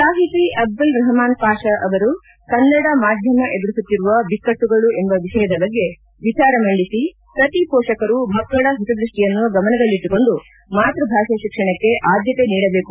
ಸಾಹಿತಿ ಅಬ್ದುಲ್ ರಹ್ಮಾನ್ ಪಾಪ ಅವರು ಕನ್ನಡ ಮಾಧ್ಯಮ ಎದುರಿಸುತ್ತಿರುವ ಬಿಕ್ಕಟ್ಟುಗಳು ಎಂಬ ವಿಷಯದ ಬಗ್ಗೆ ವಿಚಾರ ಮಂಡಿಸಿ ಪ್ರತಿ ಪೋಷಕರು ಮಕ್ಕಳ ಹಿತದೃಷ್ಟಿಯನ್ನು ಗಮನದಲ್ಲಿಟ್ಟುಕೊಂಡು ಮಾತೃ ಭಾಷೆ ಶಿಕ್ಷಣಕ್ಕೆ ಆದ್ಯತ ನೀಡಬೇಕು